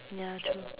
ya true